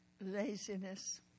laziness